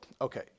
Okay